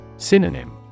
Synonym